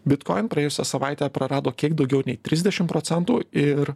bitkoin praėjusią savaitę prarado kiek daugiau nei trisdešim procentų ir